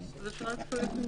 הקורונה.